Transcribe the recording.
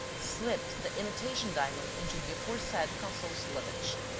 slipped the imitation diamond into the aforesaid consul's luggage.